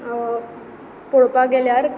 पळोवपाक गेल्यार